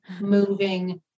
moving